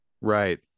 right